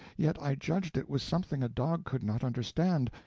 yet i judged it was something a dog could not understand,